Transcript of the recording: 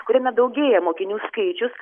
kuriame daugėja mokinių skaičius